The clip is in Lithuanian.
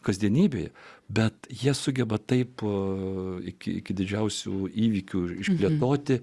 kasdienybėje bet jie sugeba taipogi iki didžiausių įvykių išplėtoti